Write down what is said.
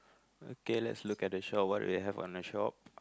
okay let's look at the shop what do they have on the shop